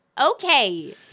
Okay